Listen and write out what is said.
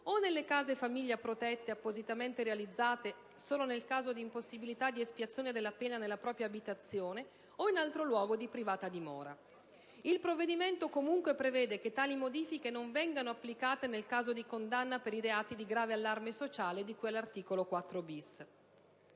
o nelle case famiglia protette, appositamente realizzate (nel caso di impossibilità di espiazione della pena nella propria abitazione o in altro luogo di privata dimora). Il provvedimento comunque prevede che tali modifiche non vengano applicate nel caso di condanna per i reati di grave allarme sociale di cui all'articolo 4-*bis*.